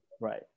right